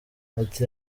ati